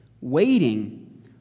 waiting